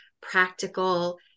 practical